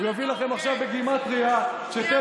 הוא יביא לכם עכשיו בגימטרייה שטלפון